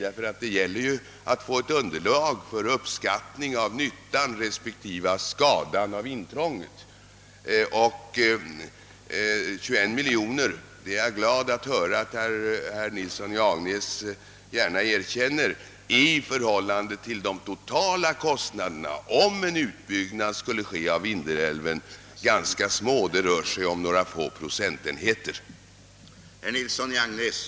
Det gäller nämligen att få ett underlag för uppskattning av nyttan respektive skadan av intrånget. Jag är glad att höra att herr Nilsson i Agnäs gärna erkänner att 21 miljoner kronor är ett ganska litet belopp — det rör sig om några få procentenheter — i förhållande till vad de totala kostnaderna skulle ha blivit för en utbyggnad av Vindelälven.